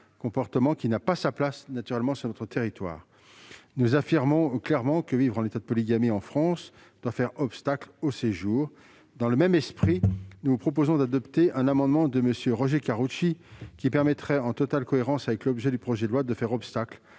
naturellement, n'a pas sa place sur notre territoire. Nous affirmons clairement que vivre en état de polygamie en France doit faire obstacle au séjour. Dans le même esprit, nous proposons d'adopter un amendement de M. Roger Karoutchi, qui permettrait, en totale cohérence avec l'objet du projet de loi, de faire obstacle